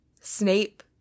Snape